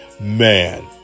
Man